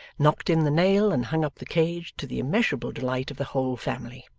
knocked in the nail and hung up the cage, to the immeasurable delight of the whole family.